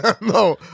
No